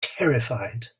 terrified